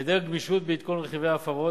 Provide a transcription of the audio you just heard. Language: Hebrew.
מהיעדר גמישות בעדכון רכיבי ההפרות,